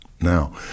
now